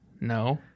No